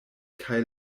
kaj